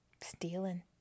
stealing